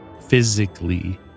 physically